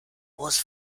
was